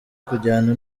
kujyana